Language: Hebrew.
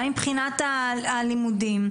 גם מבחינת הלימודים?